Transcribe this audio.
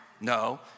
No